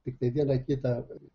tiktai vieną kitą